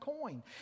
coin